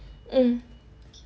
uh